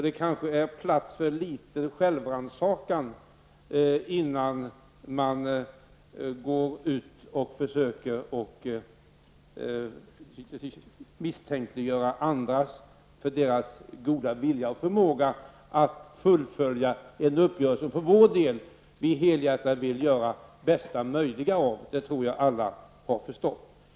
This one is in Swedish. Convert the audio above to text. Det kanske är plats för en liten självrannsakan innan man går ut och försöker misstänkliggöra andras goda vilja och förmåga att fullfölja en uppgörelse. Vi för vår del vill helhjärtat göra bästa möjliga av situationen, och det tror jag alla har förstått.